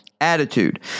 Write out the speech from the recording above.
attitude